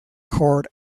court